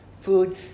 food